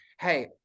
Hey